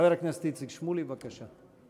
חבר הכנסת איציק שמולי, בבקשה.